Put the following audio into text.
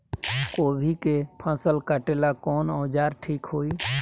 गोभी के फसल काटेला कवन औजार ठीक होई?